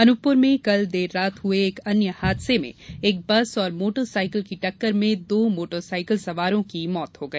अनूपपुर मे कल देर रात हुए एक अन्य हादसे में एक बस और मोटर साइकिल की टक्कर में दो मोटर साइकिल सवारों की मौत हो गई